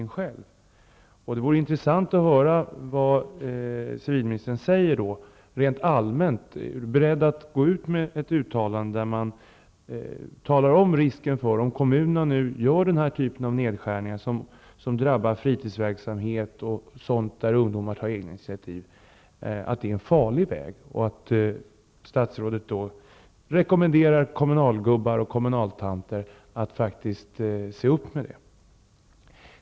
Det skulle vara intressant att höra vad civilministern rent allmänt har att säga. Är civilminstern beredd att göra ett uttalande om riskerna med att kommunerna gör den typ av nedskärningar som drabbar fritidsverksamhet och annan verksamhet där ungdomar får ta egna initiativ? Är statsrådet beredd att säga att det är en farlig väg, och är hon beredd att i stället rekommendera kommunalgubbar och kommunaltanter att faktiskt se upp med de här sakerna?